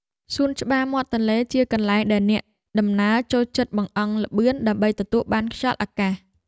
សួនច្បារមាត់ទន្លេជាកន្លែងដែលអ្នកដំណើរចូលចិត្តបង្អង់ល្បឿនដើម្បីទទួលបានខ្យល់អាកាស។